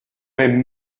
même